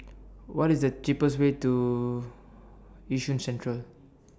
What IS The cheapest Way to Yishun Central